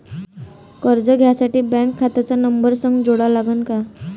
कर्ज घ्यासाठी बँक खात्याचा नंबर संग जोडा लागन का?